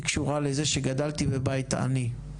היא קשורה לזה שגדלתי בבית עני,